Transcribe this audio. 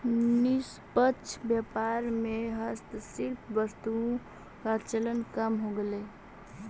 निष्पक्ष व्यापार में हस्तशिल्प वस्तुओं का चलन कम हो गईल है